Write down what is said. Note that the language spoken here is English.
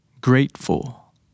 grateful